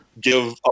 give